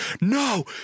No